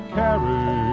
carry